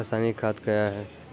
रसायनिक खाद कया हैं?